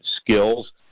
Skills